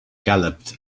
galloped